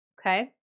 okay